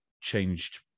changed